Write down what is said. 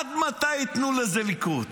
עד מתי ייתנו לזה לקרות?